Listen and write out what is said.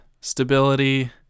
stability